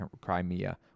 Crimea